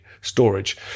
storage